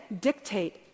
dictate